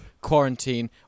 quarantine